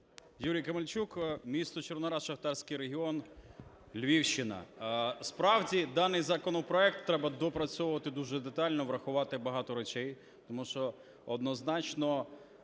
Юрій Камельчук, місто Червоноград, шахтарський регіон, Львівщина. Справді, даний законопроект треба доопрацьовувати дуже детально, врахувати багато речей. Тому що однозначно